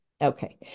Okay